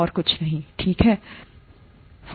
और कुछ नहीं